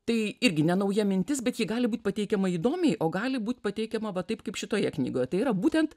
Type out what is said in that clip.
tai irgi ne nauja mintis bet ji gali būt pateikiama įdomiai o gali būt pateikiama va taip kaip šitoje knygoje tai yra būtent